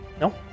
No